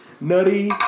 Nutty